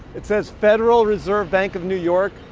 it says federal reserve bank of new york,